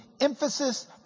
emphasis